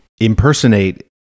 impersonate